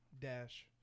Dash